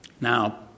Now